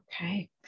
okay